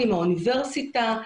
את האוניברסיטה,